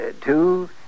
two